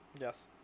yes